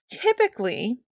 typically